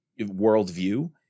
worldview